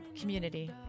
community